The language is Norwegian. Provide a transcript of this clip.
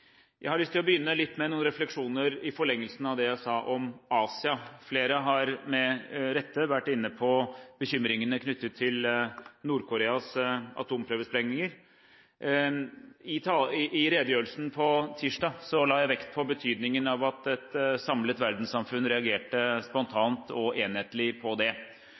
Jeg har lyst til å begynne litt med noen refleksjoner i forlengelsen av det jeg sa om Asia. Flere har med rette vært inne på bekymringene knyttet til Nord-Koreas atomprøvesprengninger. I redegjørelsen på tirsdag la jeg vekt på betydningen av at et samlet verdenssamfunn reagerte spontant og enhetlig på det.